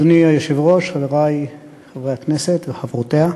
אדוני היושב-ראש, חברי חברי הכנסת וחברותיה,